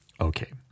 okay